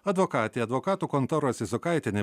advokatė advokatų kontoros izokaitienė